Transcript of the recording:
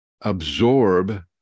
absorb